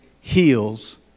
heals